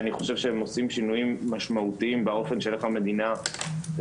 אני חושב שהן עושות שינויים משמעותיים באופן של איך המדינה רוצה,